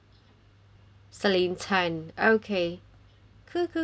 celine tan okay cool cool thank you